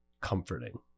comforting